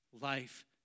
life